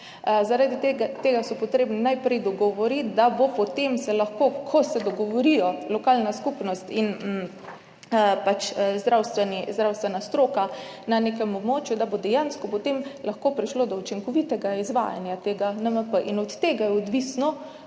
Zaradi tega se je treba najprej dogovoriti, da bo potem, ko se dogovorita lokalna skupnost in zdravstvena stroka na nekem območju, lahko dejansko prišlo do učinkovitega izvajanja NMP. Od tega je odvisno,